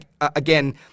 again